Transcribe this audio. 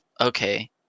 Okay